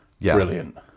Brilliant